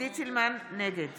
נגד